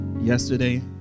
yesterday